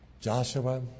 Joshua